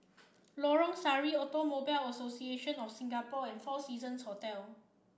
Lorong Sari Automobile Association of Singapore and Four Seasons Hotel